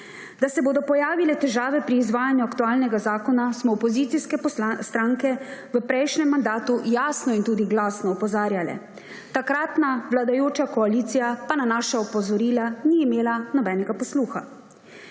Da se bodo pojavile težave pri izvajanju aktualnega zakona, smo opozicijske stranke v prejšnjem mandatu jasno in tudi glasno opozarjale. Takratna vladajoča koalicija pa na naša opozorila ni imela nobenega posluha.